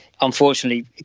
unfortunately